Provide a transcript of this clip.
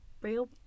real